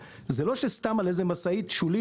זה לא שאתה שם כפול משקל על איזה משאיות שולית;